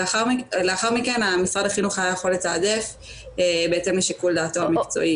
לאחר מכן משרד החינוך היה יכול לתעדף בהתאם לשיקול דעתו המקצועי